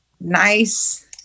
Nice